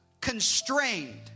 constrained